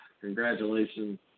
Congratulations